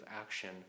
action